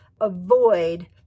Avoid